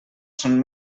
són